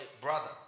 brother